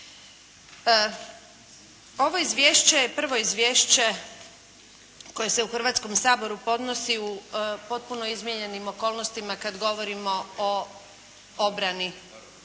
Ovo izvješće je prvo izvješće koje se u Hrvatskom saboru podnosi u potpuno izmijenjenim okolnostima kad govorimo o obrani